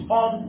on